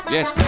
Yes